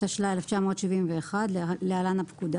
התשל"א-1971 (להלן - הפקודה),